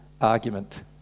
argument